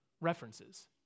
references